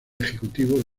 ejecutivo